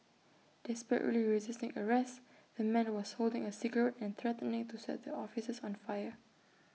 desperately resisting arrest the man was holding A cigarette and threatening to set the officers on fire